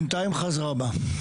בינתיים היא חזרה בה.